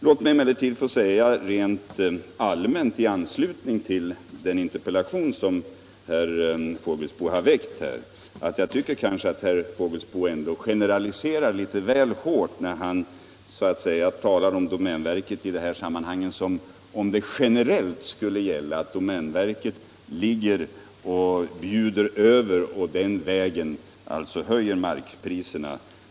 Låt mig emellertid få säga rent allmänt, i anslutning till den interpellation som herr Fågelsbo väckt, att jag tycker att herr Fågelsbo generaliserar väl hårt när han talar som om domänverket i det här sammanhanget generellt skulle bjuda över och därigenom höja markpriserna.